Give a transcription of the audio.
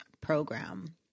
Program